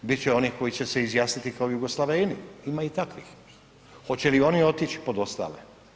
Bit će onih koji će se izjasniti kao Jugoslaveni, ima i takvih, hoće li oni otić pod ostale?